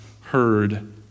heard